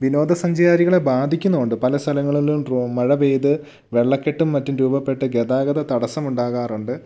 വിനോദ സഞ്ചാരികളെ ബാധിക്കുന്നുമുണ്ട് പല സ്ഥലങ്ങളിലും മഴ പെയ്ത് വെള്ളക്കെട്ടും മറ്റും രൂപപ്പെട്ട് ഗതാഗത തടസ്സം ഉണ്ടാകാറുണ്ട്